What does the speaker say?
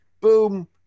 boom